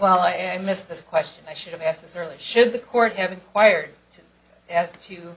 well i missed this question i should've asked as early should the court have inquired as to